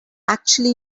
actually